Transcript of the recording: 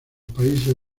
países